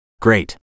Great